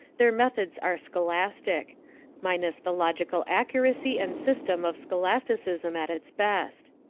their methods are scholastic minus the logical accuracy and system of scholasticism at its best.